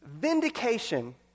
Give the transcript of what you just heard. Vindication